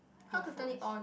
earphones